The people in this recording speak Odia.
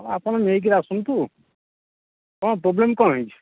ହଁ ଆପଣ ନେଇକି ଆସନ୍ତୁ କ'ଣ ପ୍ରୋବ୍ଲେମ୍ କ'ଣ ହେଇଛି